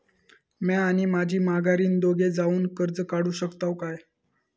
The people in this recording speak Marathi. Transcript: म्या आणि माझी माघारीन दोघे जावून कर्ज काढू शकताव काय?